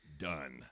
done